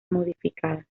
modificadas